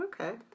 Okay